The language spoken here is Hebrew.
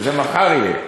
זה מחר יהיה.